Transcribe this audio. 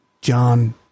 John